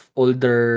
older